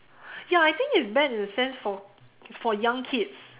ya I think it's bad in a sense for for young kids